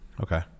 Okay